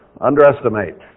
underestimate